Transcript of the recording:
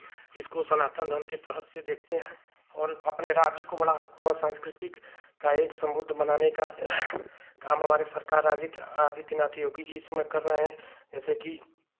इसको सनातन धर्म के तहत से देखते हैं और अपने राज्य को बड़ा संस्कृति का एक समुद्र बनाने का काम हमारे सरकार आदित्य आदित्य नाथ योगी जी इस समय कर रहे हैं जैसेकि